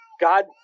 God